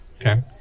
Okay